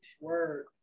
Word